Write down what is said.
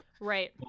Right